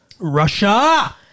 Russia